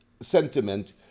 sentiment